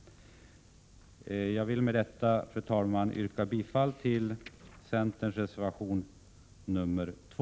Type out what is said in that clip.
Jag vill med detta, fru talman, yrka bifall till centerns reservation 2.